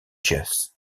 jess